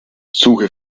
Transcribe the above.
suche